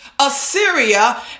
Assyria